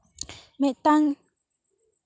ᱢᱤᱫᱴᱟᱝ